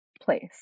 place